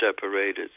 separated